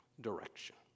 direction